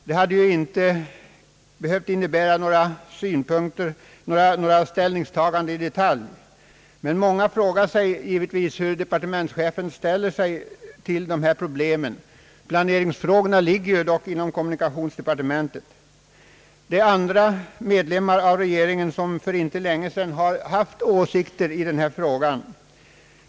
Det hade inte behövt innebära några ställningstaganden i detalj. Många frågar sig vilken inställning departementschefen har till dessa problem. Planeringsfrågorna ligger dock inom kommunikationsdepartementet. Det finns andra medlemmar av regeringen som för inte så länge sedan uttalat åsikter om dessa ting.